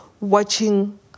watching